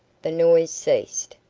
the noise ceased.